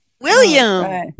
William